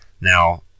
Now